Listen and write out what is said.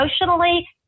Emotionally